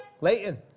Leighton